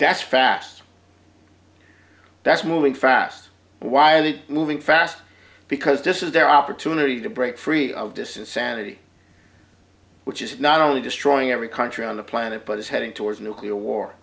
that's fast that's moving fast why are they moving fast because this is their opportunity to break free of this insanity which is not only destroying every country on the planet but it's heading towards nuclear war